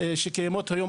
שקיימות היום,